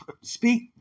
speak